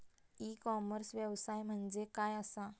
E commerce व्यवसाय म्हणजे काय असा?